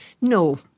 No